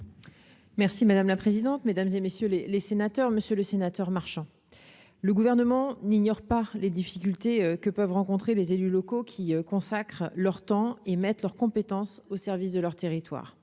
Merci madame la présidente, mesdames et messieurs les les sénateurs, monsieur le sénateur Marchand le gouvernement n'ignore pas les difficultés que peuvent rencontrer les élus locaux qui consacrent leur temps et mettent leurs compétences au service de leur territoire,